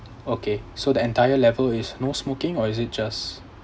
okay so the entire level is no smoking or is it just